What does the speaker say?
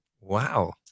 Wow